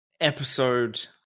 episode